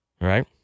Right